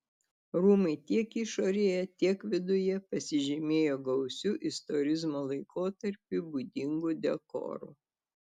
rūmai tiek išorėje tiek viduje pasižymėjo gausiu istorizmo laikotarpiui būdingu dekoru